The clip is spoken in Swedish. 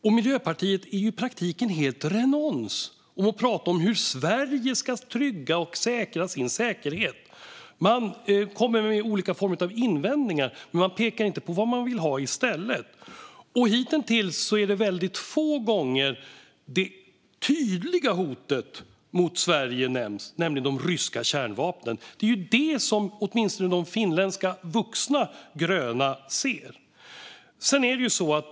Men Miljöpartiet är i praktiken helt renons på att prata om hur Sverige ska trygga sin säkerhet. Man kommer med olika former av invändningar, men man pekar inte på vad man vill ha i stället. Hitintills är det få gånger det tydliga hotet mot Sverige nämns, nämligen de ryska kärnvapnen. Det är det som åtminstone de finländska vuxna gröna ser.